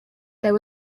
there